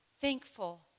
Thankful